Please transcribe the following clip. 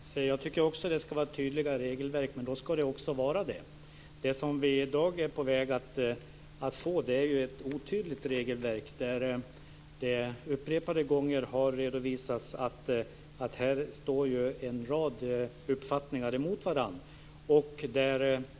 Fru talman! Jag tycker också att det ska vara tydliga regelverk, men då ska det också vara det. Det vi i dag är på väg att få är ett otydligt regelverk. Det har upprepade gånger redovisats att en rad uppfattningar står emot varandra.